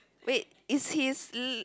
wait is his l~